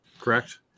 correct